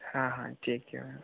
हाँ हाँ ठीक है मैम